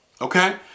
okay